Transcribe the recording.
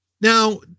Now